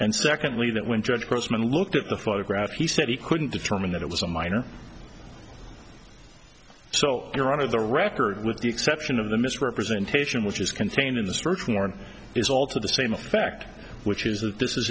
and secondly that when judge grossman looked at the photograph he said he couldn't determine that it was a minor so your honor the record with the exception of the misrepresentation which is contained in the search warrant is all to the same effect which is that this is